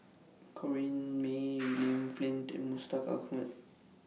Corrinne May William Flint and Mustaq Ahmad